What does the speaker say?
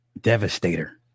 devastator